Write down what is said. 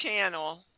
channel